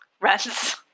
Rents